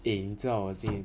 eh 你知道 hor 今天